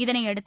இதனையடுத்து